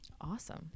Awesome